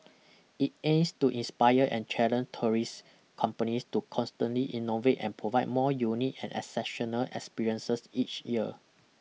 it aims to inspire and challenge tourist companies to constantly innovate and provide more unique and exceptional experiences each year